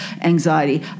anxiety